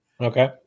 okay